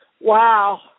Wow